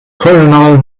coronal